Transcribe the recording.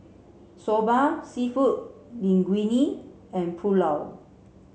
Soba Seafood Linguine and Pulao